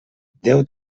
déu